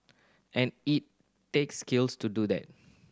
and it takes skills to do that